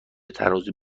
ترازو